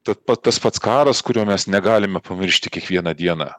ta tas pats karas kurio mes negalime pamiršti kiekvieną dieną